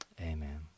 Amen